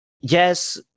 yes